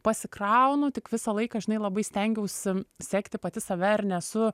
pasikraunu tik visą laiką žinai labai stengiausi sekti pati save ar nesu